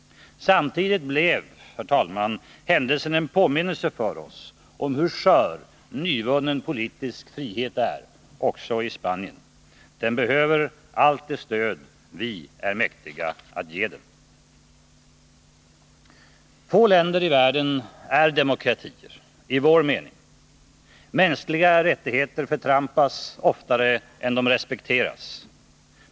Samtidigt blev händelsen en påminnelse för oss om hur skör nyvunnen politisk frihet är — också i Spanien. Den behöver allt det stöd vi är mäktiga att ge den. Få länder i världen är demokratier i vår mening. Mänskliga rättigheter förtrampas oftare än de respekteras.